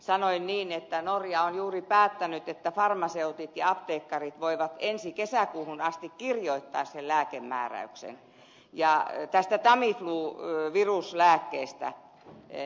sanoin niin että norja on juuri päättänyt että farmaseutit ja apteekkarit voivat ensi kesäkuuhun asti kirjoittaa sen lääkemääräyksen tästä tamiflu viruslääkkeestä nimenomaan sikainfluenssaan